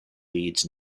leads